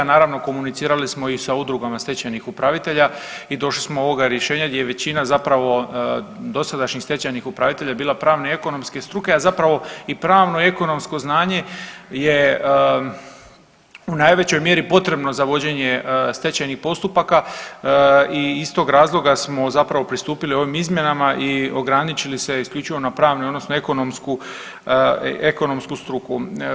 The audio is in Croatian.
Naravno komunicirali smo i sa udrugama stečajnih upravitelja i došli smo do ovoga rješenja gdje je većina zapravo dosadašnjih stečajnih upravitelja bila pravne i ekonomske struke, a zapravo i pravno ekonomsko znanje je u najvećoj mjeri potrebno za vođenje stečajnih postupaka i iz tog razloga smo zapravo pristupili ovim izmjenama i ograničili se isključivo na pravne odnosno ekonomsku struku.